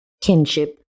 kinship